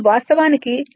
ఇది వాస్తవానికి 0